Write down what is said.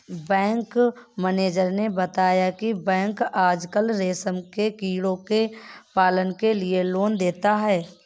bank manager ने बताया की बैंक आजकल रेशम के कीड़ों के पालन के लिए लोन देता है